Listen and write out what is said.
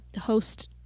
host